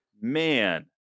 man